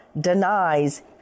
denies